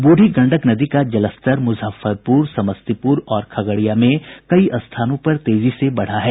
बूढ़ी गंडक नदी का जलस्तर मुजफ्फरपुर समस्तीपुर और खगड़िया में विभिन्न स्थानों पर तेजी से बढ़ा है